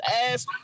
ass